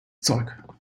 zeug